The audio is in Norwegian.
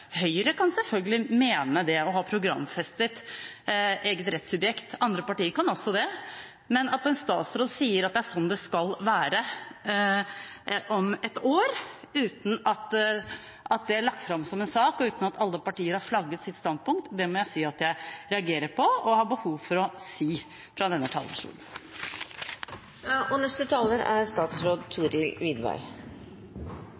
Høyre kan selvfølgelig mene det og ha programfestet eget rettssubjekt. Andre partier kan også det. Men at en statsråd sier at det er sånn det skal være om ett år, uten at det er lagt fram som en sak og uten at alle partier har flagget sitt standpunkt, det må jeg si at jeg reagerer på, og det har jeg behov for å si fra denne talerstolen. Som jeg har sagt i de fleste innleggene jeg har hatt, er